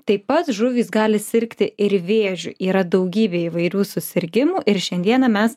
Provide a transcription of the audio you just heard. taip pat žuvys gali sirgti ir vėžiu yra daugybė įvairių susirgimų ir šiandieną mes